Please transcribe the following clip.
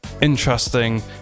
Interesting